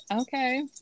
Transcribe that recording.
Okay